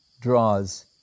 draws